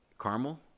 caramel